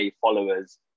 followers